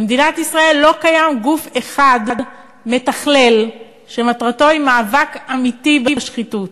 במדינת ישראל לא קיים גוף אחד מתכלל שמטרתו היא מאבק אמיתי בשחיתות.